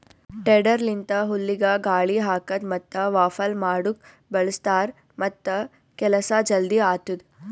tedder ಲಿಂತ ಹುಲ್ಲಿಗ ಗಾಳಿ ಹಾಕದ್ ಮತ್ತ ವಾಫಲ್ ಮಾಡುಕ್ ಬಳ್ಸತಾರ್ ಮತ್ತ ಕೆಲಸ ಜಲ್ದಿ ಆತ್ತುದ್